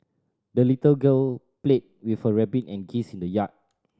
the little girl played with her rabbit and geese in the yard